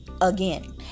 again